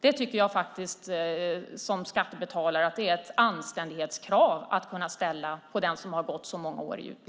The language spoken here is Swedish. Det tycker jag som skattebetalare är ett anständighetskrav att kunna ställa på den som har gått så många år i utbildning.